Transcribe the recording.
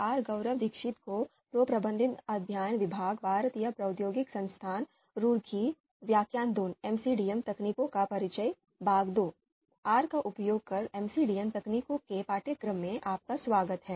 are का उपयोग कर एमसीडीएम तकनीकों के पाठ्यक्रम में आपका स्वागत है